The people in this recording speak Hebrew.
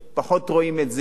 פחות רואים את זה.